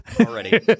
already